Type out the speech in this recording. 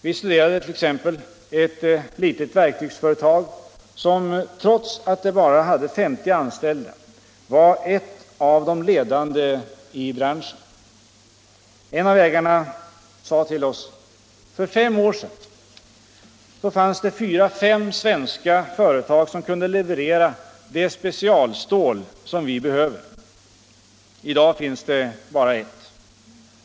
Vi studerade t.ex. ett litet verktygsföretag som trots att det bara hade 50 anställda var ett av de ledande i branschen. En av ägarna sade till oss: För fem år sedan fanns det fyra fem svenska företag som kunde leverera det specialstål som vi behöver. I dag finns det bara ett.